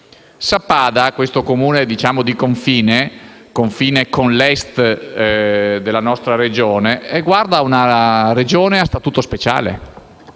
Sappada, questo Comune di confine con l'Est della nostra Regione, guarda a una Regione a statuto speciale.